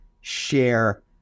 share